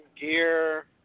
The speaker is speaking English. gear